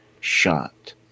shot